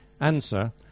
Answer